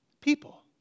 people